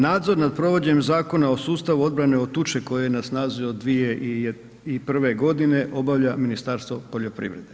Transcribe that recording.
Nadzor nad provođenjem Zakona o sustavu obrane od tuče koji je na snazi od 2001. godine obavlja Ministarstvo poljoprivrede.